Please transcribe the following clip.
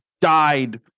died